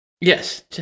Yes